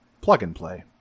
plug-and-play